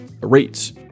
rates